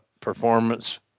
performance